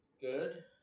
Good